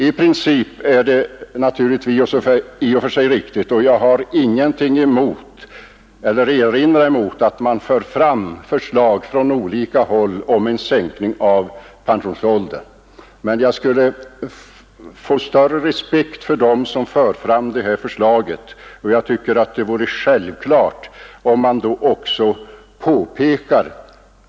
Jag har ingenting att erinra mot att man från olika håll lägger fram förslag om en sänkning av pensionsåldern — i princip är det naturligtvis i och för sig riktigt — men jag skulle få större respekt för dem som lägger fram dylika förslag, om de då också påpekade att förslagets genomförande kostar pengar.